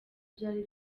byari